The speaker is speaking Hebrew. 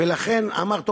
ולכן אמר: טוב,